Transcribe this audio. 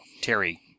Terry